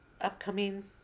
upcoming